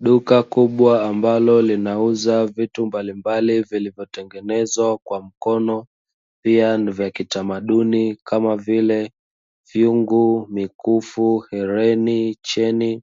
Duka kubwa ambalo linauza vitu mbalimbali vilivyotengenezwa kwa mkono pia ni vya ki tamaduni kama vile viungu, mikufu, hereni, cheni